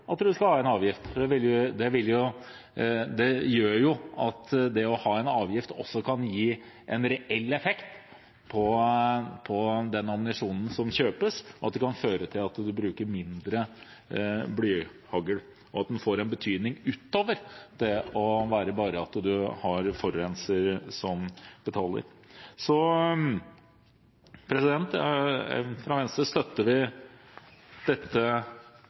at en skal ha en avgift, for det gjør at det å ha en avgift også kan gi en reell effekt på den ammunisjonen som kjøpes, og at det kan føre til at en bruker mindre blyhagl, slik at det får en betydning utover bare det at en har forurenser som betaler. Fra Venstre støtter vi dette